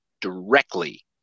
directly